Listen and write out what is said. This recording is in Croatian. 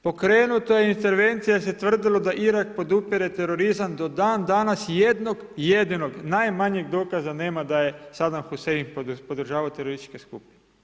Pokrenuta je intervencija jer se tvrdilo da Irak podupire terorizam, do dan danas, jednog jedinog, najmanjeg dokaza nema, da je Saddam Hussein podržavao terorističke skupine.